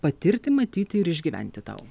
patirti matyti ir išgyventi tau